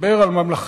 דיבר על ממלכתיות,